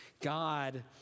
God